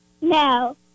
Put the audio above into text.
No